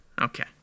Okay